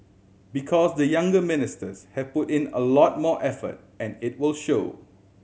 because the younger ministers have put in a lot more effort and it will show